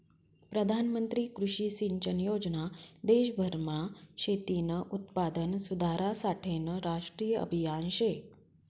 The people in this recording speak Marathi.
प्रधानमंत्री कृषी सिंचन योजना देशभरमा शेतीनं उत्पादन सुधारासाठेनं राष्ट्रीय आभियान शे